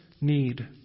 need